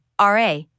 RA